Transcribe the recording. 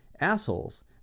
assholes